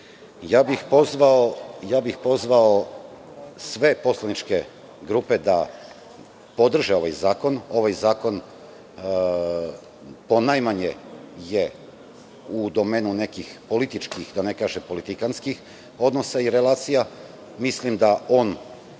bih sve poslaničke grupe da podrže ovaj zakon. Ovaj zakon je ponajmanje u domenu nekih političkih, da ne kažem politikantskih, odnosa i relacija. Mislim, ako